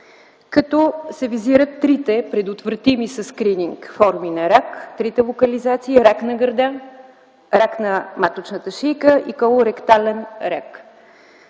Визират се трите предотвратими със скрининг форми на рак, трите локализации: рак на гърдата, рак на маточната шийка и колоректален рак.